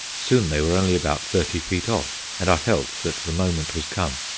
soon they were only about thirty feet off, and i felt that the moment was come.